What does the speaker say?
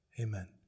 amen